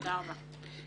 תודה רבה.